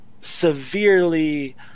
severely